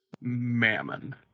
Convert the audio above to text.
mammon